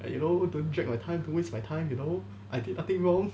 like you know don't drag my time don't waste my time you know I did nothing wrong